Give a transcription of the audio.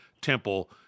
temple